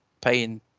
paying